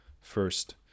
first